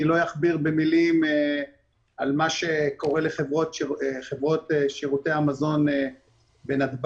אני לא אכביר במילים על מה שקורה לחברות שירותי המזון בנתב"ג,